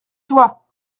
toi